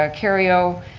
ah kerrio,